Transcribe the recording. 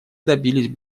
добились